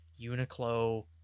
Uniqlo